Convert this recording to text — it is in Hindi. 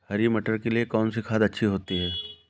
हरी मटर के लिए कौन सी खाद अच्छी होती है?